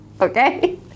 okay